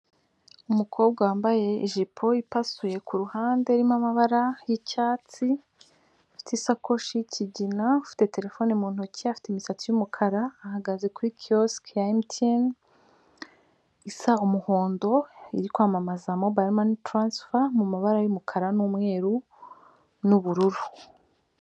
Umukobwa wambaye ijipo ipasuye ku ruhande irimo amabara y'icyatsi, ufite ishakoshi y'ikigina, ufite telefone mu ntoki, afite imisatsi y'umukara, ahagaze kuri kiyosike ya Emutiyeni isa umuhondo, iri kwamamaza mobayiro mani taransifa, mu mabara y'umukara n'umweru n'ubururu.